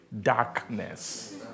darkness